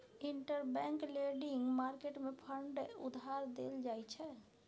interbank lending market मे fund उधार देल जाइ छै